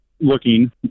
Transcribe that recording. looking